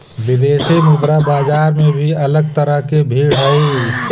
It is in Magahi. विदेशी मुद्रा बाजार में भी अलग तरह की भीड़ हई